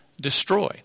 destroy